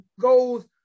goes